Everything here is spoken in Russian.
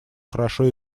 хорошо